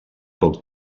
poc